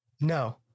No